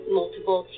multiple